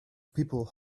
people